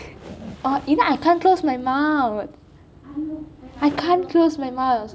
err you know I cant close my mouth cant close my mouth